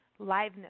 liveness